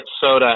soda